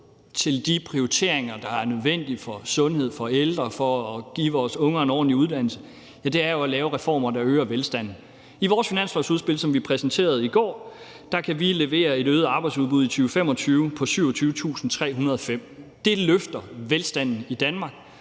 til de prioriteringer, der er nødvendige for sundhed, for ældre, for at give vores unger en ordentlig uddannelse, er jo at lave reformer, der øger velstanden. I vores finanslovsudspil, som vi præsenterede i går, kan vi levere et øget arbejdsudbud i 2025 på 27.305. Det løfter velstanden i Danmark,